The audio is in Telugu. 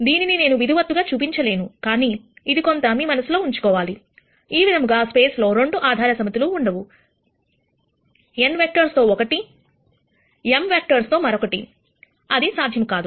దీనిని నేను విధివత్తుగా చూపించలేను కానీ ఇది కొంత మీ మనసులో ఉంచుకోవాలి ఒక విధంగా స్పేస్ లో 2 ఆధార సమితులు ఉండవు n వెక్టర్స్ తో ఒకటి m వెక్టర్స్ తో మరొకటి అది సాధ్యం కాదు